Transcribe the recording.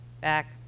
Back